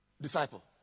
disciple